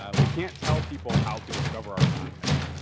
ah we can't tell people how to discover our content.